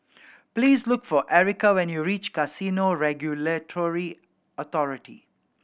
please look for Erika when you reach Casino Regulatory Authority